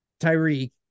Tyreek